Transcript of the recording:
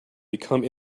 become